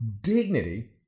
Dignity